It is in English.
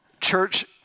church